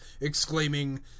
exclaiming